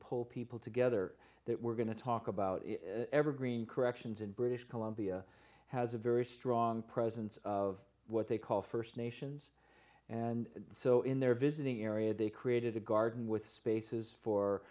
pull people together that we're going to talk about evergreen corrections in british columbia has a very strong presence of what they call st nations and so in their visiting area they created a garden with spaces